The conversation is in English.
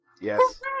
Yes